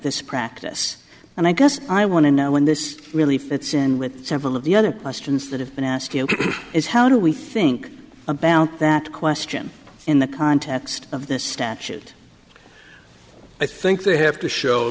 this practice and i guess i want to know when this really fits in with several of the other questions that have been asked is how do we think about that question in the context of the statute i think they have to show